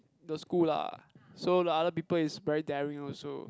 the school lah so the other people is very daring also